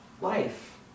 life